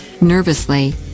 Nervously